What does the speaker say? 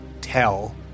tell